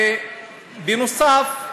ובנוסף,